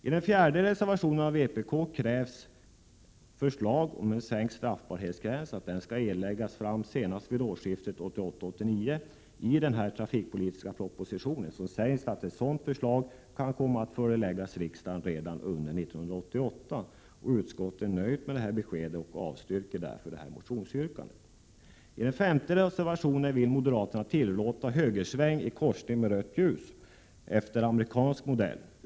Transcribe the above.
I reservation 4, som avgivits av vpk, krävs att förslag om sänkt straffbarhetsgräns skall läggas fram senast vid årsskiftet 1988-1989. I den trafikpolitiska propositionen sägs att ett sådant förslag kan komma att föreläggas riksdagen redan under 1988. Utskottet är nöjt med det beskedet och avstyrker därför motionsyrkandet. I reservation 5 vill moderaterna tillåta högersväng i korsning med rött ljus, efter amerikansk modell.